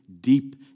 deep